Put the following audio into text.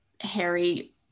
Harry